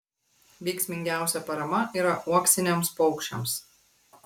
veiksmingiausia parama yra uoksiniams paukščiams